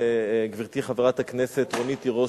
גברתי חברת הכנסת רונית תירוש,